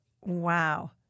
wow